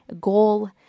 goal